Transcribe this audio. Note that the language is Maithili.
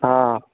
हँ